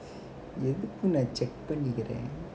எதுக்கும் நான்:edhukkum naan check பண்ணிக்கிறேன்:pannikkiraen